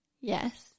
Yes